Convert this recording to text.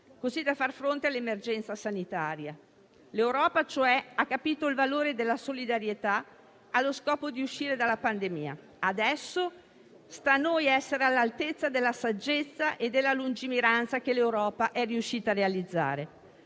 così da far fronte all'emergenza sanitaria. L'Europa ha quindi capito il valore della solidarietà allo scopo di uscire dalla pandemia. Adesso sta a noi essere all'altezza della saggezza e della lungimiranza che l'Europa è riuscita a realizzare: